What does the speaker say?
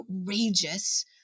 outrageous